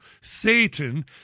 Satan